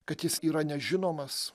kad jis yra nežinomas